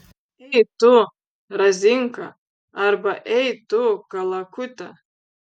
ei tu razinka arba ei tu kalakute